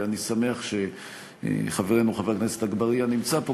ואני שמח שחברנו חבר הכנסת אגבאריה נמצא פה,